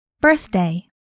Birthday